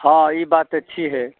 हँ ई बात तऽ छीहे